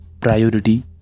priority